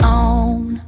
on